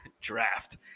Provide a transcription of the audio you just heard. draft